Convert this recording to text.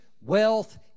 wealth